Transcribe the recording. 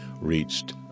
reached